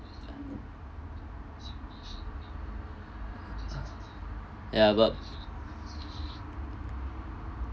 ya but